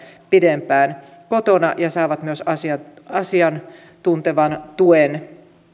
pidempään kotona ja saavat myös asiantuntevan tuen